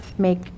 make